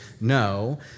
no